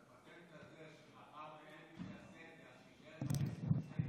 אתה כבר אמרת שאתה רוצה לעזוב את